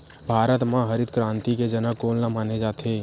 भारत मा हरित क्रांति के जनक कोन ला माने जाथे?